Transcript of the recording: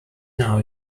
now